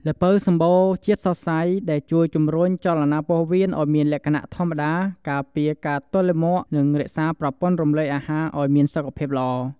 ល្ពៅសម្បូរជាតិសរសៃ ដែលជួយជំរុញចលនាពោះវៀនឲ្យមានលក្ខណៈធម្មតា ការពារការទល់លាមក និងរក្សាប្រព័ន្ធរំលាយអាហារឲ្យមានសុខភាពល្អ។